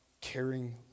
caring